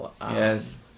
Yes